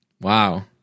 Wow